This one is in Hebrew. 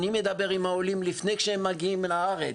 אני מדבר עם העולים לפני שהם מגיעים לארץ,